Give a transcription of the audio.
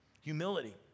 Humility